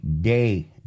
day